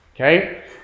Okay